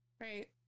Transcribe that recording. Right